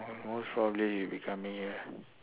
uh most probably he would be becoming here